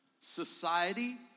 society